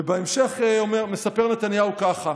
ובהמשך מספר נתניהו ככה: